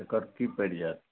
एकर की पड़ि जायत